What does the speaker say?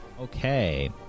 Okay